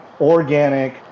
organic